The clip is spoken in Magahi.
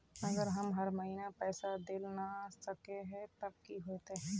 अगर हम हर महीना पैसा देल ला न सकवे तब की होते?